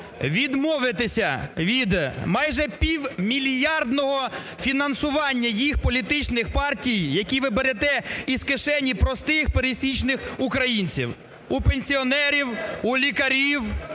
відмовитися від майже півмільярдного фінансування їх політичних партій, які ви берете із кишені простих пересічних українців: у пенсіонерів, у лікарів,